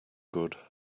good